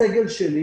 הסגל שלי